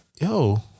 yo